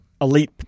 elite